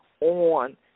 on